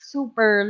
Super